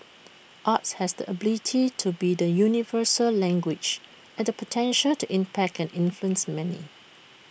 arts has the ability to be the universal language and the potential to impact and influence many